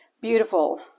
beautiful